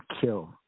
kill